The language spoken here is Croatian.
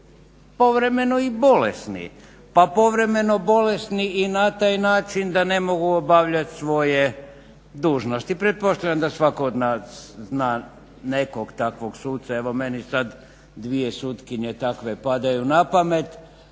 povremeno i bolesni pa povremeno bolesni i na taj način da ne mogu obavljat svoje dužnosti. Pretpostavljam da svatko od nas zna nekog takvog suca. Evo meni sad dvije sutkinje takve padaju na pamet.